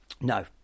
No